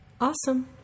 awesome